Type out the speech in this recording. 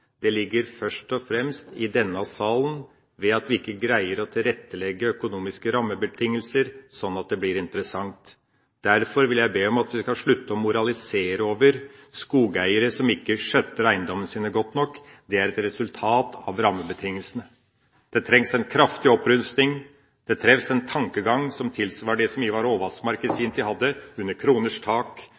dag, ligger først og fremst i denne salen ved at vi ikke greier å tilrettelegge økonomiske rammebetingelser sånn at det blir interessant. Derfor vil jeg be om at vi slutter å moralisere over skogeiere som ikke skjøtter eiendommene sine godt nok: Det er et resultat av rammebetingelsene. Det trengs en kraftig opprusting, det trengs en tankegang som tilsvarer det Ivar Aavatsmark i sin tid hadde i «Under kroners tak»